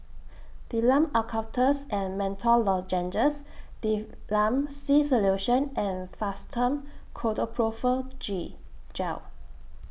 Difflam Eucalyptus and Menthol Lozenges Difflam C Solution and Fastum Ketoprofen G Gel